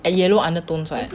and yellow undertones right